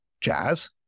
Jazz